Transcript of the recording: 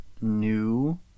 new